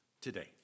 today